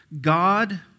God